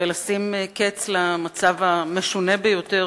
תציג את הצעת החוק חברת הכנסת שלי יחימוביץ.